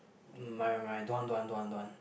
mai mai mai don't want don't want don't want don't want